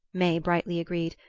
may brightly agreed,